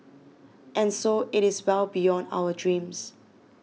and so it is well beyond our dreams